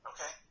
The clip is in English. Okay